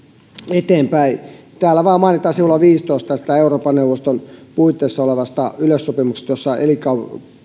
eteenpäin täällä vain mainitaan sivulla viisitoista tästä euroopan neuvoston puitteissa olevasta yleissopimuksesta jossa